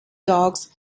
dogs